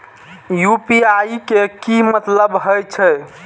UPI के की मतलब हे छे?